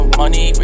money